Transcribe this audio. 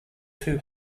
too